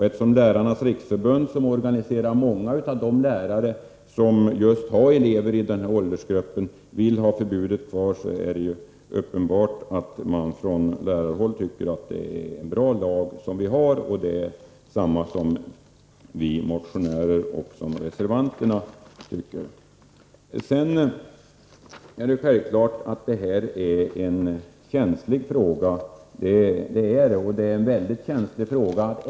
Eftersom Lärarnas riksförbund, som organiserar många av de lärare som just har elever i denna åldersgrupp, vill ha förbudet kvar, är det uppenbart att man från lärarhåll tycker att det är en bra lag. Det tycker också vi motionärer och reservanter. Detta är självfallet en känslig fråga. Även en ändring är känslig.